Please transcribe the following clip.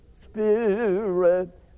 spirit